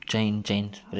chain chain spray